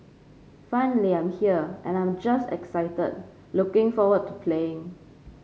finally I'm here and I'm just excited looking forward to playing